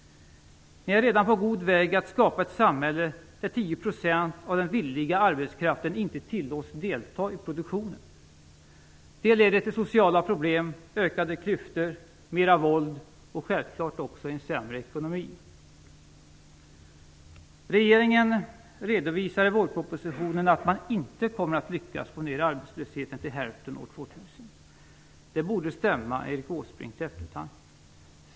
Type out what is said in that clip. Ni är redan på god väg att skapa ett samhälle där 10 % av den villiga arbetskraften inte tillåts att delta i produktionen. Det leder till sociala problem, ökade klyftor och mer våld. Det leder självklart också till en sämre ekonomi. Regeringen redovisar i vårpropositionen att man inte kommer att lyckas få ned arbetslösheten till hälften år 2000. Det borde stämma Erik Åsbrink till eftertanke.